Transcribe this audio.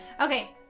Okay